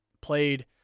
played